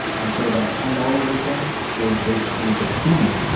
and so that ten dollars you're paying is basically the premium,